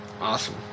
Awesome